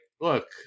Look